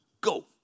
go